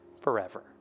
forever